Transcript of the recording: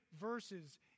verses